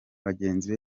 bagenzi